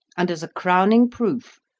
and, as a crowning proof,